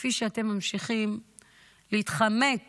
כפי שאתם ממשיכים להתחמק